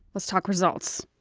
let's talk results.